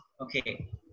Okay